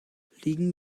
liegen